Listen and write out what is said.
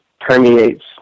permeates